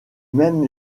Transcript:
même